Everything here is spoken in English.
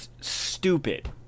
stupid